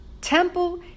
temple